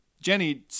Jenny